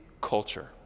culture